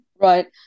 Right